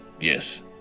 Yes